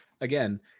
again